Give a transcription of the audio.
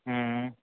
हूँ